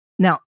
Now